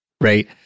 right